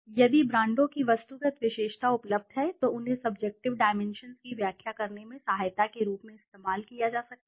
यदि ब्रांडों की वस्तुगत विशेषता उपलब्ध है तो इन्हें सब्जेक्टिव डाइमेंशन्स की व्याख्या करने में सहायता के रूप में इस्तेमाल किया जा सकता है